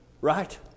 Right